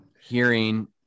Hearing